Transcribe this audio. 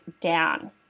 down